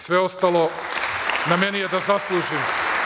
Sve ostalo na meni je da zaslužim.